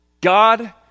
God